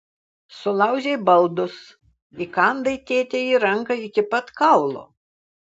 sulaužei baldus įkandai tėtei į ranką iki pat kaulo